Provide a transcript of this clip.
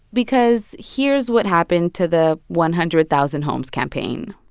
because here's what happened to the one hundred thousand homes campaign.